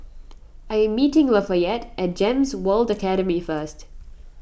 I am meeting Lafayette at Gems World Academy first